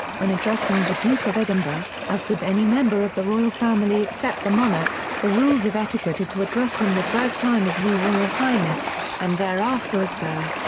when addressing the duke of edinburgh, as with any member of the royal family except the monarch, the rules of etiquette are to address him the first time as your royal highness, and thereafter as sir.